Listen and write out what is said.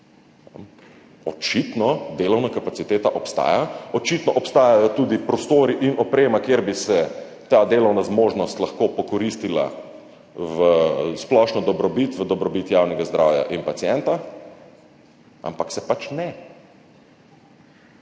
Očitno delovna kapaciteta obstaja, očitno obstajajo tudi prostori in oprema, kjer bi se ta delovna zmožnost lahko pokoristila v splošno dobrobit, v dobrobit javnega zdravja in pacienta, ampak se pač ne,